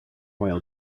while